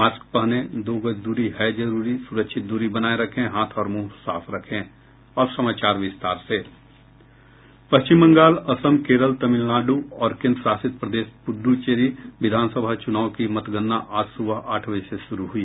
mask पहनें दो गज दूरी है जरूरी सुरक्षित दूरी बनाये रखें हाथ और मुंह साफ रखें पश्चिम बंगाल असम केरल तमिलनाडु और केन्द्रशासित प्रदेश पुद्दुचेरी विधानसभा चुनाव की मतगणना आज सुबह आठ बजे से शुरू हुई